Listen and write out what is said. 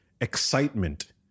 excitement